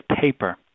paper